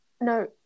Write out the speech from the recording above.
No